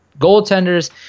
goaltenders